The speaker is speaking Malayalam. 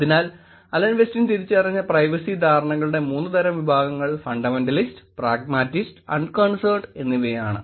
അതിനാൽ അലൻ വെസ്റ്റിൻ തിരിച്ചറിഞ്ഞ പ്രൈവസി ധാരണകളുടെ മൂന്ന്തരം വിഭാഗങ്ങൾ ഫണ്ടമെന്റലിസ്റ്റ് പ്രാഗ്മാറ്റിസ്റ്റ് അൺകൺസേൺഡ് എന്നിവയാണ്